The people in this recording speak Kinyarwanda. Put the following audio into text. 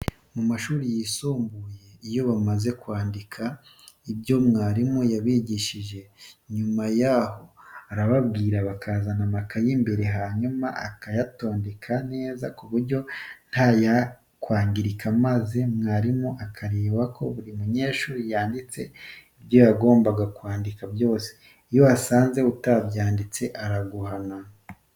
Mu mashuri yisumbuye iyo bamaze kwandika ibyo mwarimu yabigishije, nyuma yaho arababwira bakazana amakayi imbere, hanyuma bakayatondeka neza ku buryo ntayakwangirika maze mwarimu akareba ko buri munyeshuri yanditse ibyo yagombaga kwandika byose. Iyo asanze utabyanditse byose araguhana.